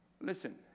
listen